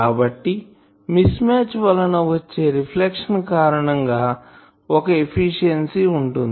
కాబట్టి mismatch వలన వచ్చే రిఫ్లెక్షన్ కారణం గా ఒక ఎఫిషియన్సీ ఉంటుంది